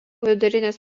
vidurinės